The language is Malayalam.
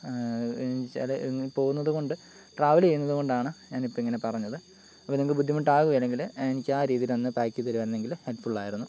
എന്ന് വെച്ചാൽ പോകുന്നതുകൊണ്ട് ട്രാവൽ ചെയ്യുന്നതുകൊണ്ടാണ് ഞാൻ ഇപ്പോൾ ഇങ്ങനെ പറഞ്ഞത് അപ്പോൾ നിങ്ങൾക്ക് ബുദ്ധിമുട്ടാകുകയില്ലെങ്കിൽ എന്ന് വെച്ചാൽ ആ രീതിയിലൊന്ന് പാക്ക് ചെയ്ത് തരുമായിരുന്നെങ്കിൽ ഹെല്പ്ഫുൾ ആയിരുന്നു